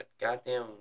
goddamn